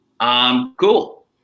Cool